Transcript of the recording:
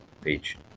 page